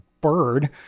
bird